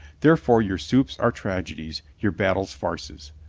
therefore your soups are tragedies, your battles farces.